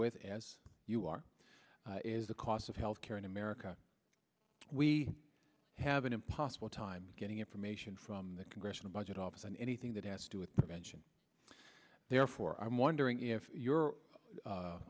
with as you are is the cost of health care in america we have an impossible time getting information from the congressional budget office on anything that has to do with prevention therefore i'm wondering if you